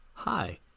Hi